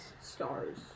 stars